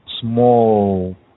small